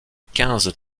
quinze